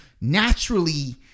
naturally